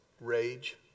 rage